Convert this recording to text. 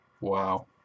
Wow